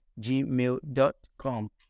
Gmail.com